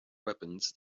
weapons